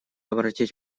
обратить